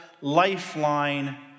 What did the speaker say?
lifeline